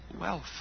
wealth